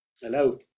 Hello